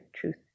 truth